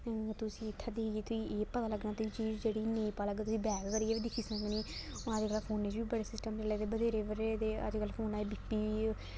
इ'यां तूं इस्सी इत्थै दिक्खगी तुगी एह् पता लग्गना चीज जेह्ड़ी पता लग्ग तुगी बैक करियै बी दिक्खी सकनी हून अजकल्ल फोनें च बी बड़े सिस्टम चले दे बथेरे बथेरे दे अजकल्ल फोन च बी पी